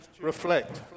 reflect